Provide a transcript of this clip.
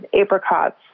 apricots